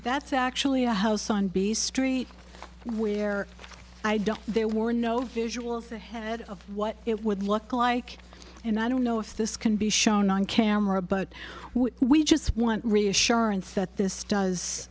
that's actually a house on b street where i don't there were no visual of the head of what it would look like and i don't know if this can be shown on camera but we just want reassurance that this does